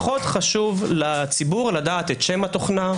פחות חשוב לציבור לדעת את שם התוכנה,